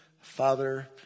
father